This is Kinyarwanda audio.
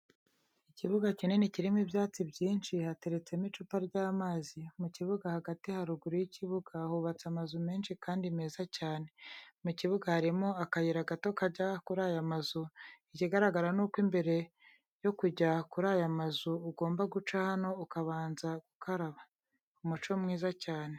Ikibuga kinini kirimo ibyatsi byinshi hateretsemo icupa ry'amazi, mu kibuga hagati haruguru y'ikibuga hubatse amazu menshi kandi meza cyane. mu kibuga harimo akayira gato kajya kuri aya mazu ikigaragara nuko mbere yo kujya kuri aya mazu ugomba guca hano ukabanza gukaraba. Umuco mwiza cyane pe.